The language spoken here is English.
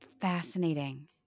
Fascinating